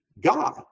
God